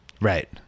Right